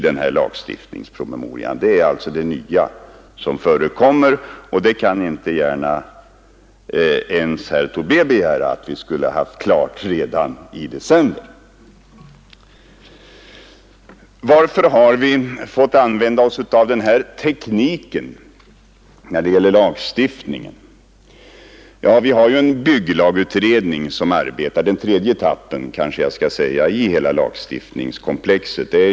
Det är alltså det nya som förekommer. Inte ens herr Tobé kan gärna begära att vi skulle ha haft detta klart redan i december. Varför har vi fått använda oss av denna teknik när det gäller lagstiftningen? Ja, vi har en bygglagutredning som arbetar. Det är den tredje etappen, kanske jag skall säga, i hela lagstiftningskomplexet.